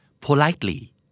Politely